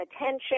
attention